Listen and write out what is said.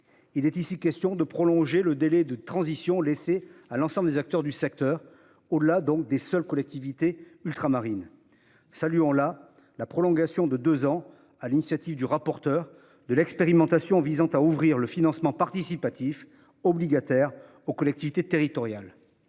Il est ici question de prolonger le délai de transition laissé à l'ensemble des acteurs du secteur, au-delà donc des seules collectivités ultramarines. Saluons la prolongation de deux ans, sur l'initiative du rapporteur, de l'expérimentation visant à ouvrir le financement participatif obligataire aux collectivités territoriales.